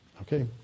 Okay